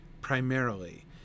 primarily